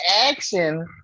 action